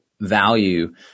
value